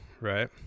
right